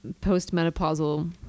postmenopausal